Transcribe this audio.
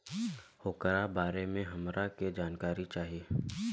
ओकरा बारे मे हमरा के जानकारी चाही?